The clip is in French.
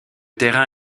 terrain